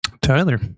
Tyler